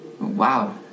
Wow